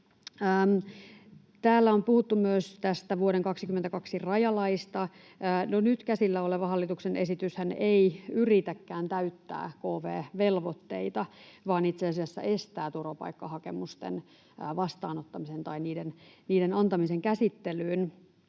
Täällä on puhuttu myös tästä vuoden 22 rajalaista. No nyt käsillä oleva hallituksen esityshän ei yritäkään täyttää kv-velvoitteita vaan itse asiassa estää turvapaikkahakemusten vastaanottamisen tai niiden antamisen käsittelyyn,